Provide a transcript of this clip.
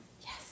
Yes